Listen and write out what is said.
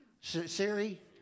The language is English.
Siri